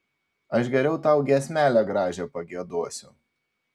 aš geriau tau giesmelę gražią pagiedosiu